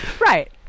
Right